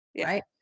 right